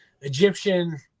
egyptian